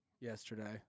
yesterday